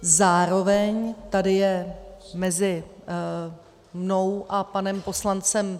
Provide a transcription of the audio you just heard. Zároveň tady je mezi mnou a panem poslancem...